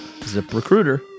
ZipRecruiter